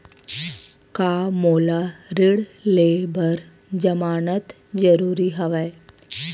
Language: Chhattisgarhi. का मोला ऋण ले बर जमानत जरूरी हवय?